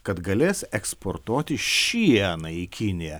kad galės eksportuoti šieną į kiniją